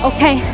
Okay